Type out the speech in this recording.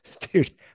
Dude